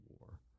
War